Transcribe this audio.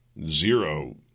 Zero